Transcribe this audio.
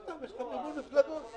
ועוד אחד לגבי הדמוקרטית.